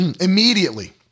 immediately